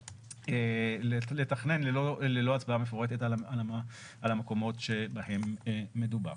לתכנן ללא הצבעה מפורטת על המקומות שבהם מדובר.